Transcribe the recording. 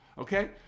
okay